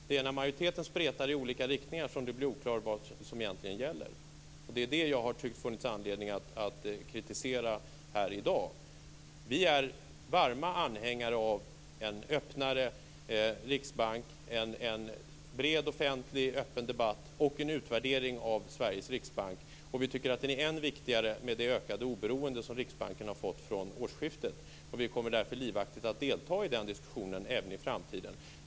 Det är när majoriteten spretar i olika riktningar som det blir oklart vad som egentligen gäller. Det är det som jag har tyckt att det har funnits anledning att kritisera här i dag. Vi är varma anhängare av en öppnare riksbank, en bred, offentlig, öppen debatt och en utvärdering av Sveriges riksbank. Vi tycker att detta är än viktigare med det ökade oberoende som Riksbanken har fått från årsskiftet. Vi kommer därför livaktigt att delta i den diskussionen även i framtiden.